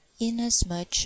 inasmuch